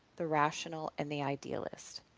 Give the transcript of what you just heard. the rational, and the idealist.